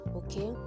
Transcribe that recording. okay